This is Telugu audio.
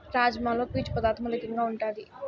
రాజ్మాలో పీచు పదార్ధం అధికంగా ఉంటాది